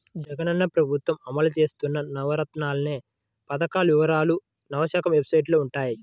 జగనన్న ప్రభుత్వం అమలు చేత్తన్న నవరత్నాలనే పథకాల వివరాలు నవశకం వెబ్సైట్లో వుంటయ్యి